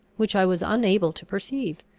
which i was unable to perceive.